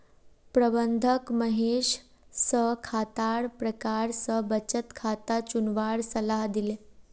प्रबंधक महेश स खातार प्रकार स बचत खाता चुनवार सलाह दिले